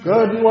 Good